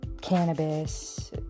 cannabis